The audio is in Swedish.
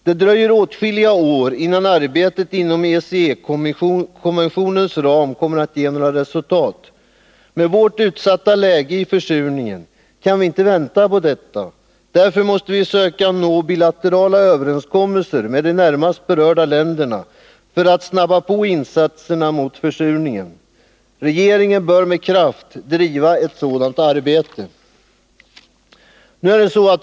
Det dröjer åtskilliga år, innan arbetet inom ECE-konventionens ram ger några resultat. Med tanke på vårt utsatta läge i fråga om försurningen kan vi inte vänta på detta. Därför måste vi söka nå bilaterala överenskommelser med de närmast berörda länderna för att påskynda insatserna mot försurningen. Regeringen bör med kraft driva ett sådant arbete.